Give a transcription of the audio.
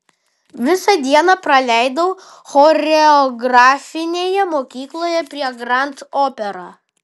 visą dieną praleidau choreografinėje mokykloje prie grand opera